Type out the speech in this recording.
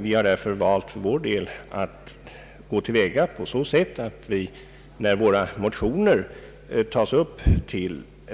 Vi har därför för vår del valt att gå till väga på så sätt att vi, när våra motioner